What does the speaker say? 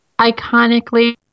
iconically